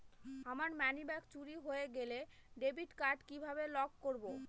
আমার মানিব্যাগ চুরি হয়ে গেলে ডেবিট কার্ড কিভাবে লক করব?